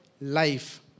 life